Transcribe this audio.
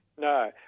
No